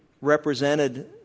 represented